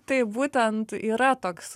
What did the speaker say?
taip būtent yra toks